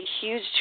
huge